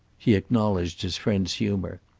he acknowledged his friend's humour.